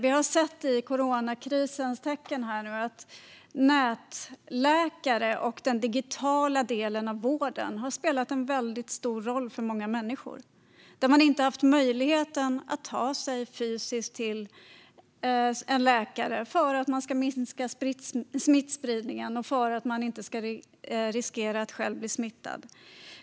Vi har sett i coronakrisens spår att nätläkare och den digitala delen av vården har spelat en väldigt stor roll för många människor. Man har ibland inte haft möjlighet att ta sig fysiskt till en läkare eftersom smittspridningen ska minskas och eftersom man inte ska riskera att själv bli smittad.